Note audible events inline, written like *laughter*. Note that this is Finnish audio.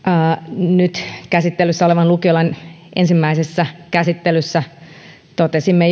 nyt käsittelyssä olevan lukiolain ensimmäisessä käsittelyssä totesimme *unintelligible*